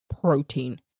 protein